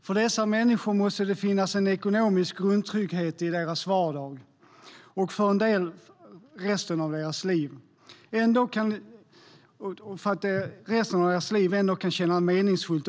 För dessa människor måste det finnas en ekonomisk grundtrygghet så att deras dagliga liv - för en del resten av deras liv - ändå kan kännas meningsfullt.